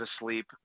asleep